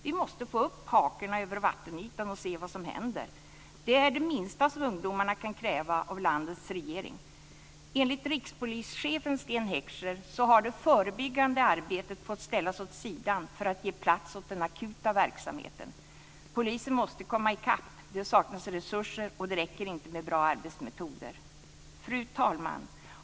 Vi måste få upp hakorna över vattenytan och se vad som händer. Det är det minsta som ungdomarna kan kräva av landets regering. Enligt rikspolischefen Sten Heckscher så har det förebyggande arbetet fått ställas åt sidan för att ge plats åt den akuta verksamheten. Polisen måste komma i kapp. Det saknas resurser, och det räcker inte med bra arbetsmetoder. Fru talman!